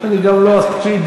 אני גם לא אקפיד.